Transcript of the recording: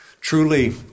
Truly